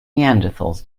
neanderthals